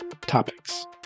topics